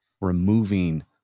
removing